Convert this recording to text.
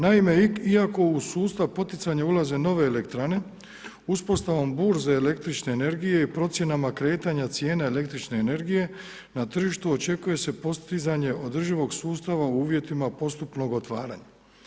Naime, iako u sustav poticanja ulaze nove elektrane uspostavom burze električne energije i procjenama kretanja cijena električne energije na tržištu očekuje se postizanje održivog sustava uvjetima postupnog otvaranja.